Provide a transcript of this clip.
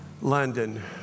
London